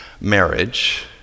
marriage